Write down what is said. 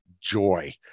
joy